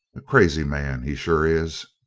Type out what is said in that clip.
a crazy man, he sure is!